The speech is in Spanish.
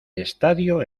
estadio